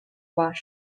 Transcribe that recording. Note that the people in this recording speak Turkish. var